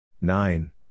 nine